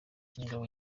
ingabo